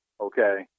Okay